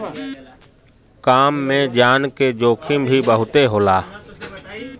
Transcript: काम में जान के जोखिम भी बहुते होला